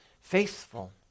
faithful